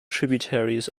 tributaries